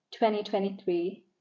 2023